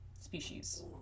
Species